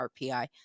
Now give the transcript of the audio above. RPI